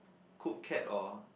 cook cat or